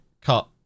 cut